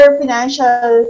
financial